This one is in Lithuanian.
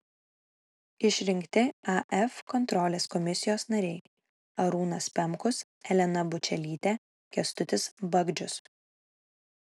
išrinkti af kontrolės komisijos nariai arūnas pemkus elena bučelytė kęstutis bagdžius